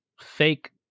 fake